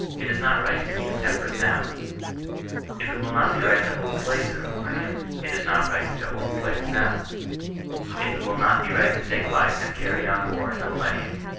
it is not right to be intemperate now if it will not be right to hold slaves in the millennium, it is not right to hold slaves now if it will not be right to take life and carry on war in the millennium,